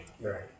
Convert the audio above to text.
Right